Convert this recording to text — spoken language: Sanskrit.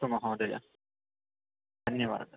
अस्तु महोदय धन्यवाद